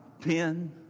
ten